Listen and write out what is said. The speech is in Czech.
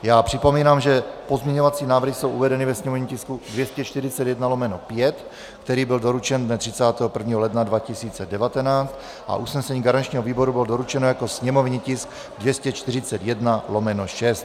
Já připomínám, že pozměňovací návrhy jsou uvedeny ve sněmovním tisku 241/5, který byl doručen dne 31. ledna 2019, a unesení garančního výboru bylo doručeno jako sněmovní tisk 241/6.